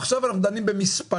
עכשיו אנחנו דנים במספרים,